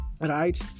right